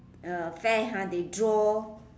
uh fair ha they draw